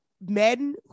men